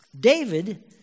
David